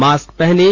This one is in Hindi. मास्क पहनें